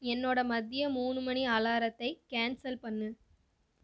என்னோட மதிய மூணு மணி அலாரத்தை கேன்ஸல் பண்ணு